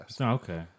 okay